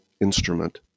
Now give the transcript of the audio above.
instrument